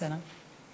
בסדר.